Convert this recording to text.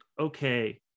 okay